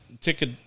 ticket